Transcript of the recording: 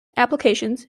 applications